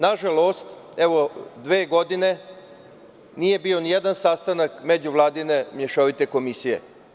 Nažalost, dve godine nije bio nijedan sastanak Međuvladine mešovite komisije.